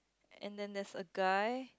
and then there's a guy